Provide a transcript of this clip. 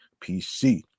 PC